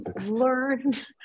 learned